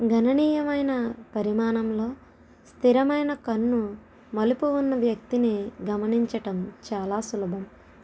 గణనీయమైన పరిమాణంలో స్థిరమైనకన్ను మలుపు ఉన్న వ్యక్తిని గమనించటం చాలా సులభం